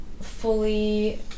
fully